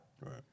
Right